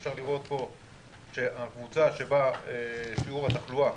אפשר לראות פה שהקבוצה שבה שיעור התחלואה,